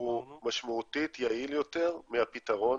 הוא משמעותית יעיל יותר מהפתרון